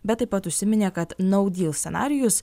bet taip pat užsiminė kad nau dyl scenarijus